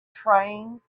trains